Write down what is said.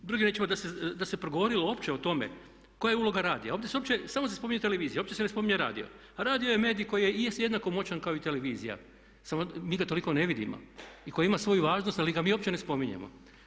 Drugim riječima da se progovorilo uopće o tome koja je uloga radija, ovdje se uopće, samo se spominje televizija, uopće se ne spominje radio, a radio je medij koji je jednako moćan kao i televizija samo mi ga toliko ne vidimo i koje ima svoju važnost ali ga mi uopće ne spominjemo.